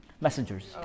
messengers